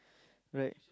right